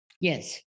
Yes